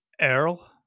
earl